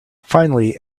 finally